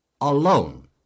alone